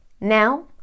now